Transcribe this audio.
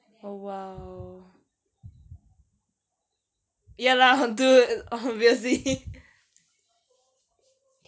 oh !wow! ya lah dude obviously